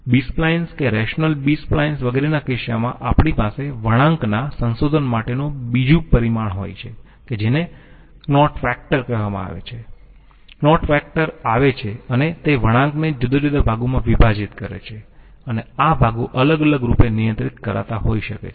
બી splines કે rational B splines વગેરે ના કિસ્સામાં આપણી પાસે વળાંકના સંશોધન માટેનો બીજુ પરિમાણ હોય છે કે જેને કનોટ વેક્ટર કહેવામાં આવે છે કનોટ વેક્ટર આવે છે અને તે વળાંકને જુદા જુદા ભાગોમાં વિભાજિત કરે છે અને આ ભાગો અલગ અલગ રૂપે નિયંત્રિત કરાતા હોઈ શકે છે